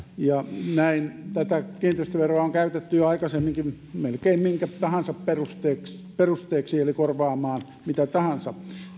näin tätä kiinteistöveroa on käytetty jo aikaisemminkin melkein minkä tahansa perusteeksi perusteeksi eli korvaamaan mitä tahansa